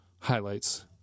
highlights